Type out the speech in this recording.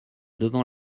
devant